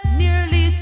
nearly